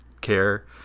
care